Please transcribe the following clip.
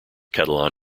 catalan